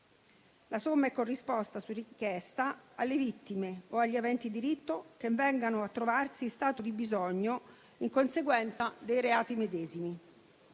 La somma è corrisposta su richiesta alle vittime o agli aventi diritto che vengano a trovarsi in stato di bisogno in conseguenza dei reati medesimi.